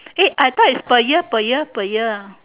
eh I thought is per year per year per year ah